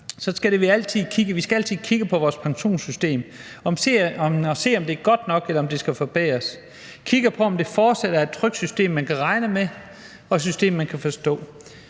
skal vi altid kigge på vores pensionssystem og se, om det er godt nok, eller om det skal forbedres. Vi skal kigge på, om det fortsat er et trygt system, man kan regne med, og et system, man kan forstå.